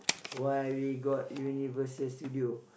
why we got Universal-Studios